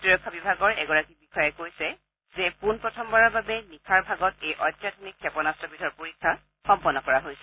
প্ৰতিৰক্ষা বিভাগৰ এগৰাকী বিষয়াই কৈছে যে প্ৰথমবাৰৰ বাবে নিশাৰ ভাগত এই অত্যাধুনিক ক্ষেপণাভ্ৰবিধৰ পৰীক্ষা সম্পন্ন কৰা হৈছে